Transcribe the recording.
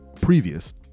previous